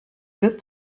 wird